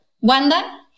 Wanda